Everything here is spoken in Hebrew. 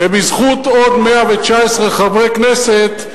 ובזכות עוד 119 חברי כנסת,